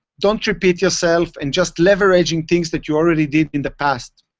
don't repeat yourself, and just leveraging things that you already did in the past.